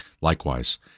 Likewise